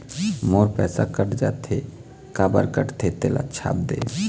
मोर पैसा कट जाथे काबर कटथे तेला छाप देव?